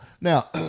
now